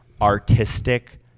artistic